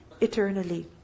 eternally